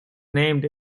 named